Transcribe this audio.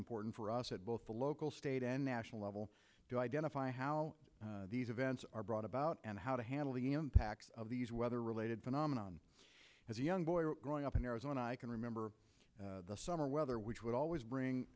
important for us at both the local state and national level to identify how these events are brought about and how to handle the impacts of these weather related phenomenon as a young boy growing up in arizona i can remember the summer weather which would always bring